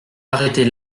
arrêter